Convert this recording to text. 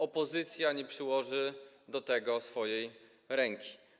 Opozycja nie przyłoży do tego swojej ręki.